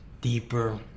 deeper